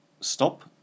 stop